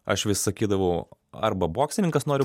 aš vis sakydavau arba boksininkas noriu